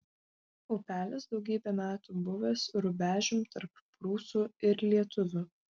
upelis daugybę metų buvęs rubežium tarp prūsų ir lietuvių